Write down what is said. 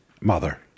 mother